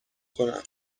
کنم